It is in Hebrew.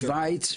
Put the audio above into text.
שווייץ,